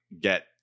get